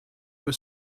were